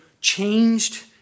changed